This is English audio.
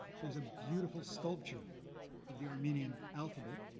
there's a beautiful sculpture of the armenian alphabet.